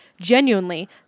Genuinely